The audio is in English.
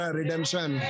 redemption